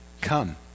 come